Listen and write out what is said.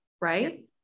Right